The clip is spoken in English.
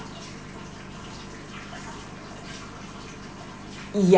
yeah